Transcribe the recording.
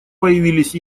появились